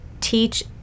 teach